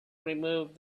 removed